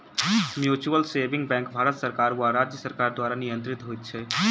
mutual saving bank भारत सरकार वा राज्य सरकार द्वारा नियंत्रित होइत छै